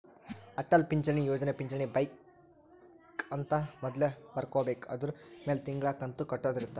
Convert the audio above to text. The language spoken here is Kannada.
ಅಟಲ್ ಪಿಂಚಣಿ ಯೋಜನೆ ಪಿಂಚಣಿ ಬೆಕ್ ಅಂತ ಮೊದ್ಲೇ ಬರ್ಕೊಬೇಕು ಅದುರ್ ಮೆಲೆ ತಿಂಗಳ ಕಂತು ಕಟ್ಟೊದ ಇರುತ್ತ